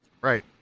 Right